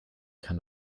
kann